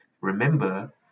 remember